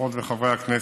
חברות וחברי הכנסת,